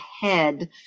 head